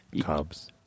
Cubs